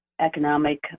economic